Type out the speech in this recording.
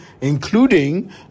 including